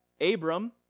Abram